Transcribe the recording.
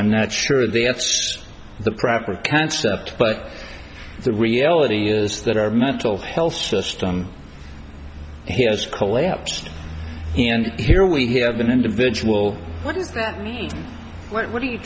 i'm not sure of the it's the proper concept but the reality is that our mental health system has collapsed and here we have an individual what is that what are you